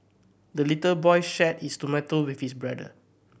the little boy shared his tomato with his brother